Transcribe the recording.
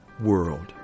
world